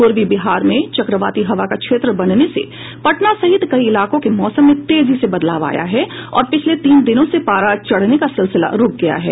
पूर्वी बिहार में चक्रवाती हवा का क्षेत्र बनने से पटना सहित कई इलाकों के मौसम में तेजी से बदलाव आया है और पिछले तीन दिनों से पारा चढ़ने का सिलसिला रूक गया है